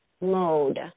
mode